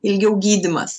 ilgiau gydymas